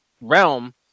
realm